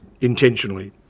intentionally